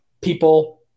people